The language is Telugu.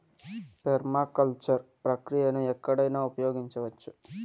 పెర్మాకల్చర్ ప్రక్రియను ఎక్కడైనా ఉపయోగించవచ్చు